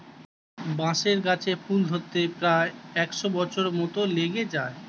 বাঁশের গাছে ফুল ধরতে প্রায় একশ বছর মত লেগে যায়